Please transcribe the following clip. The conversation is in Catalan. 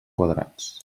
quadrats